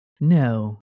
no